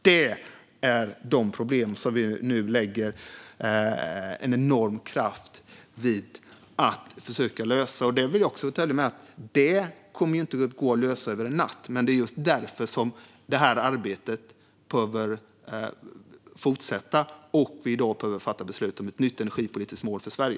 Det är de problem som vi nu lägger en enorm kraft på att försöka lösa. Det kommer inte att gå att lösa över en natt. Det är just därför som arbetet behöver fortsätta och som vi i dag behöver fatta beslut om ett nytt energipolitiskt mål för Sverige.